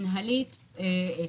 מנהלית וציבורית.